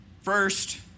First